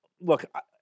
look